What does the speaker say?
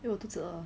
eh 我肚子饿